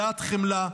מלאת חמלה,